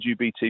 LGBT